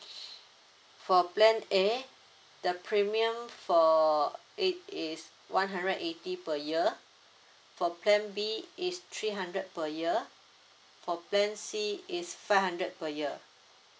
for plan A the premium for it is one hundred and eighty per year for plan B is three hundred per year for plan C is five hundred per year